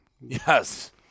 Yes